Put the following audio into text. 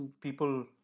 people